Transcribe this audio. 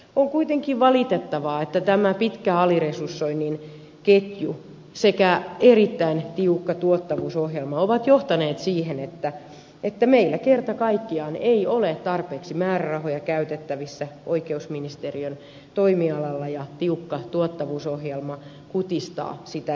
on kuitenkin valitettavaa että tämä pitkä aliresursoinnin ketju sekä erittäin tiukka tuottavuusohjelma ovat johtaneet siihen että meillä kerta kaikkiaan ei ole tarpeeksi määrärahoja käytettävissä oikeusministeriön toimialalla ja tiukka tuottavuusohjelma kutistaa sitä entisestään